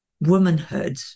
womanhood